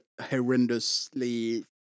horrendously